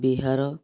Bihar